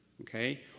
okay